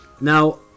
Now